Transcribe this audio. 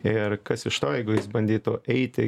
ir kas iš to jeigu jis bandytų eiti